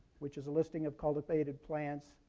which is a listing of cultivated plants,